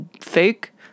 fake